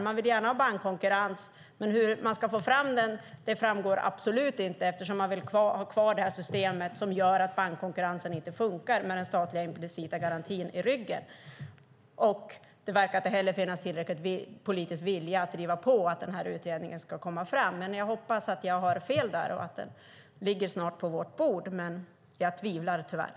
Man vill gärna ha bankkonkurrens, men hur man ska få fram den framgår absolut inte eftersom man vill ha kvar systemet som gör att bankkonkurrensen inte funkar med den statliga implicita garantin i ryggen. Det verkar inte heller finnas tillräcklig politisk vilja att driva på att utredningen ska komma fram. Jag hoppas att jag har fel och att den snart ligger på vårt bord. Jag tvivlar - tyvärr.